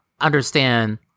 understand